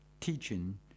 teaching